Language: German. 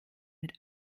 mit